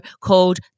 called